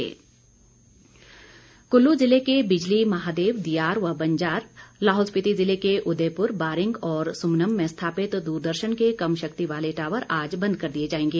Doordarshan tower Kullu जिले के बिजली महादेव दियार व बंजार लाहौल स्पीति जिले के उदयपुर बारिंग और सुमनम में स्थापित द्रदर्शन के कम शक्ति वाले टॉवर आज बंद कर दिए जाएंगे